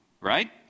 right